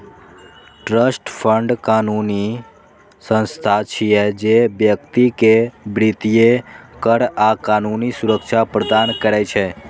trust fund कानूनी संस्था छियै, जे व्यक्ति कें वित्तीय, कर आ कानूनी सुरक्षा प्रदान करै छै